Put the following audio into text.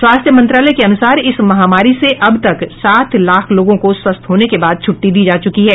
स्वास्थ्य मंत्रालय के अुनसार इस महामारी से अब तक सात लाख लोगों को स्वस्थ होने के बाद छ्टटी दी जा चुकी है